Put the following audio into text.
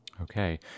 Okay